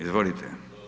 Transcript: Izvolite.